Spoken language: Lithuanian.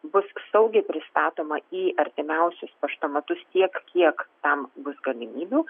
bus saugiai pristatoma į artimiausius paštomatus tiek kiek tam bus galimybių